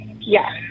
Yes